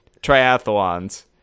triathlons